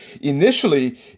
initially